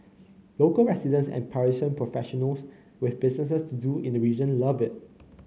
local residents and Parisian professionals with business to do in the region love it